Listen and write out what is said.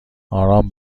آرام